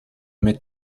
mit